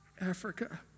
Africa